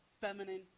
feminine